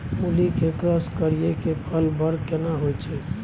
मूली के क्रॉस करिये के फल बर केना होय छै?